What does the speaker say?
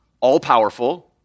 all-powerful